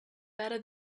better